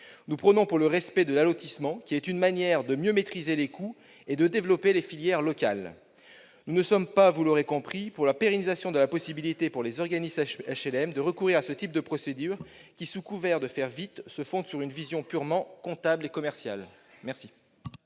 Nous prônons le respect de l'allotissement, qui est une manière de mieux maîtriser les coûts et de développer les filières locales. Nous ne sommes pas, vous l'aurez compris, favorables à la pérennisation de la possibilité, pour les organismes d'HLM, de recourir à ce type de procédure qui, sous couvert de faire vite, se fonde sur une vision purement comptable et commerciale. La